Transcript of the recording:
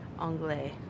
anglais